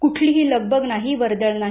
कुठलीही लगबग नाही वर्दळ नाही